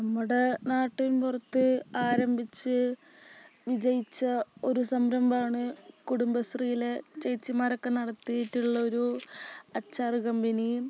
നമ്മുടെ നാട്ടിൻ പുറത്ത് ആരംഭിച്ച് വിജയിച്ച ഒരു സംരംഭമാണ് കുടുംബശ്രീയിലെ ചേച്ചിമാരൊക്കെ നടത്തിയിട്ട് ഉള്ള ഒരു അച്ചാറ് കമ്പനി